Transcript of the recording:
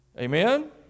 Amen